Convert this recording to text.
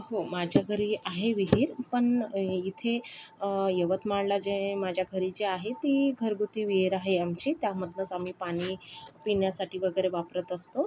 हो माझ्या घरी आहे विहीर पण इथे यवतमाळला जे माझ्या घरी जी आहे ती घरगुती विहीर आहे आमची त्यामधनंच आम्ही पाणी पिण्यासाठी वगैरे वापरत असतो